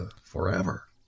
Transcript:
forever